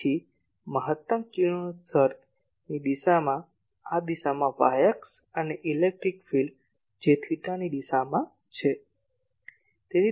તેથી મહત્તમ કિરણોત્સર્ગની દિશા આ દિશામાં y અક્ષ અને ઇલેક્ટ્રિક ફિલ્ડ જે થેટાની દિશામાં છે